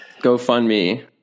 GoFundMe